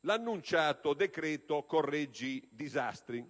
l'annunciato decreto "correggi disastri".